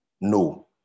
No